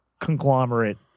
conglomerate